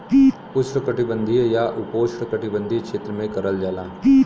उष्णकटिबंधीय या उपोष्णकटिबंधीय क्षेत्र में करल जाला